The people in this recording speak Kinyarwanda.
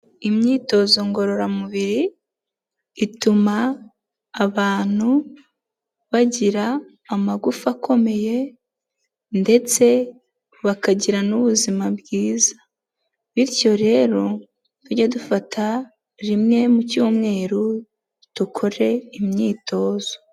Imyitozo ngororamubiri ituma abantu bagira amagufa akomeye ndetse bakagira n'ubuzima bwiza; bityo rero tujye dufata rimwe mu cyumweru dukore imyitozo.